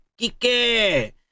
Kike